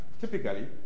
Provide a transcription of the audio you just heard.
typically